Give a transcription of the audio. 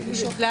לכן אנו נזהרים.